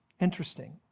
interesting